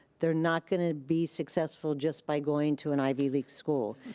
they're not gonna be successful just by going to an ivy league school.